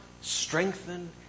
strengthen